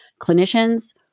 clinicians